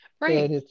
Right